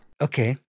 Okay